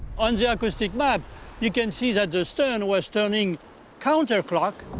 on the ah acoustic map you can see that the stern was turning counterplot